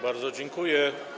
Bardzo dziękuję.